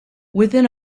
within